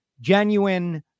genuine